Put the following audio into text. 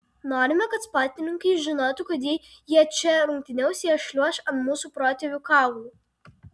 norime kad sportininkai žinotų kad jei jie čia rungtyniaus jie šliuoš ant mūsų protėvių kaulų